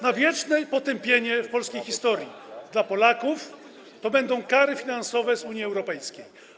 na wieczne potępienie w polskiej historii, dla Polaków to będą kary finansowe z Unii Europejskiej.